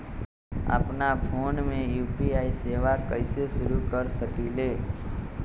अपना फ़ोन मे यू.पी.आई सेवा कईसे शुरू कर सकीले?